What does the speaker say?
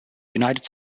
united